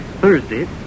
Thursday